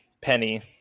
Penny